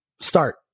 start